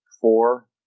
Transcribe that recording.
four